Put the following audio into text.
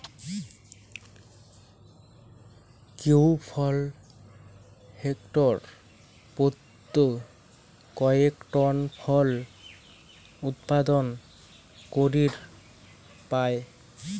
kiwi ফল hectare পত্যি কয়েক টন ফল উৎপাদন করির পায়